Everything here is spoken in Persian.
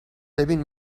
ببین